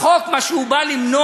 החוק, מה שהוא בא למנוע,